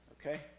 Okay